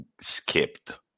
skipped